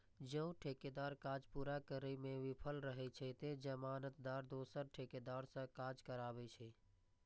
जौं ठेकेदार काज पूरा करै मे विफल रहै छै, ते जमानतदार दोसर ठेकेदार सं काज कराबै छै